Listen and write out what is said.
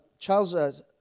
Charles